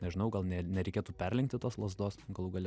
nežinau gal ne nereikėtų perlenkti tos lazdos galų gale